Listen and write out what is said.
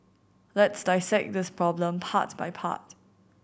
let's dissect this problem part by part